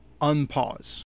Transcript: unpause